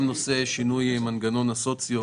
גם נושא שינוי מנגנון הסוציו,